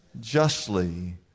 justly